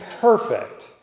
perfect